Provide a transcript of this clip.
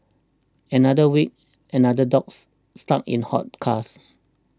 another week another dogs stuck in hot cars